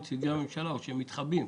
הם מתחבאים.